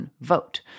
vote